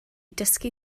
dysgu